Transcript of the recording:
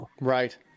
Right